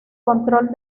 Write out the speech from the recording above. control